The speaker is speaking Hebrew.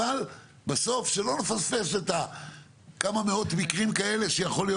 אבל בסוף שלא נפספס את כמה מאות המקרים האלה שיכול להיות